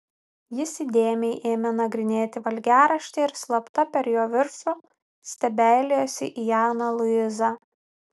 jis įdėmiai ėmė nagrinėti valgiaraštį ir slapta per jo viršų stebeilijosi į aną luizą